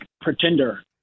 pretender